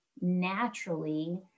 naturally